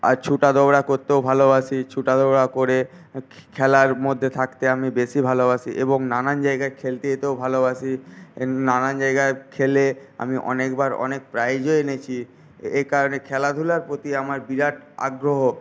আর ছোটা দৌড়া করতেও ভালোবাসি ছোটা দৌড়া করে খেলার মধ্যে থাকতে আমি বেশি ভালোবাসি এবং নানা জায়গায় খেলতে যেতেও ভালোবাসি নানা জায়গায় খেলে আমি অনেকবার অনেক প্রাইজও এনেছি এই কারণে খেলাধুলোর প্রতি আমার বিরাট আগ্রহ